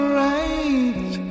right